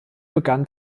begann